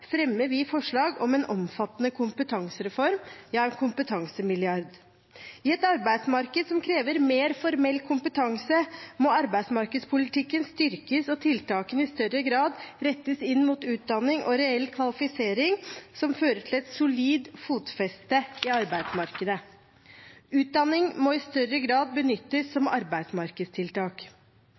fremmer vi forslag om en omfattende kompetansereform – ja, en kompetansemilliard. I et arbeidsmarked som krever mer formell kompetanse, må arbeidsmarkedspolitikken styrkes og tiltakene i større grad rettes inn mot utdanning og reell kvalifisering som fører til et solid fotfeste i arbeidsmarkedet. Utdanning må i større grad benyttes som arbeidsmarkedstiltak.